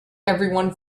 everyone